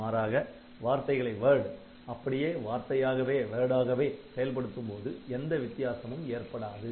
மாறாக வார்த்தைகளை அப்படியே வார்த்தையாகவே செயல்படுத்தும்போது எந்த வித்தியாசமும் ஏற்படாது